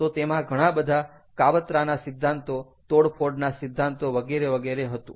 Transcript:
તો તેમાં ઘણા બધા કાવતરાના સિદ્ધાંતો તોડફોડના સિદ્ધાંતો વગેરે વગેરે હતું